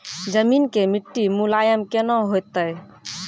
जमीन के मिट्टी मुलायम केना होतै?